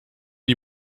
die